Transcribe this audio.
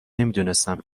نمیدونستم